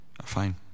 fine